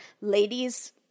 ladies